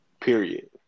period